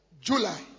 July